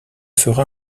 fera